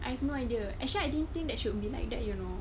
I have no idea actually I didn't think that should be like that you know